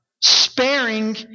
sparing